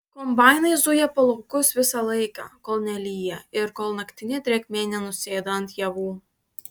kombainai zuja po laukus visą laiką kol nelyja ir kol naktinė drėgmė nenusėda ant javų